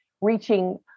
reaching